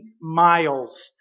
miles